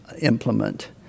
implement